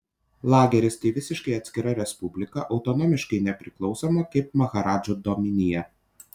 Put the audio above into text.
lageris tai visiškai atskira respublika autonomiškai nepriklausoma kaip maharadžų dominija